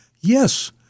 Yes